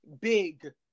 big